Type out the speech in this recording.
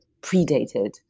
predated